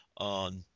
on